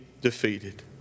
defeated